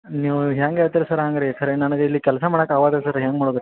ನೀವು ಹೆಂಗ್ ಹೇಳ್ತೀರೋ ಸರ್ ಹಂಗೆ ರೀ ಕರೆ ನನ್ಗೆ ಇಲ್ಲಿ ಕೆಲಸ ಮಾಡಕ್ಕೆ ಆಗುವಲ್ದು ಸರ್ ಹೆಂಗೆ ಮಾಡುವುದು